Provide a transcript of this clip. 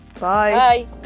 Bye